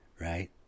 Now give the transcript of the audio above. Right